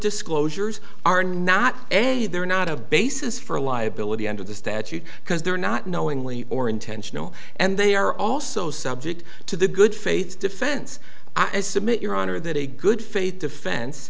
disclosures are not a they're not a basis for a liability under the statute because they're not knowingly or intentional and they are also subject to the good faith defense i submit your honor that a good faith defen